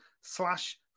slash